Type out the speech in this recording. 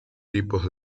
tipos